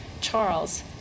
Charles